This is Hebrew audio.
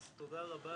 אז תודה רבה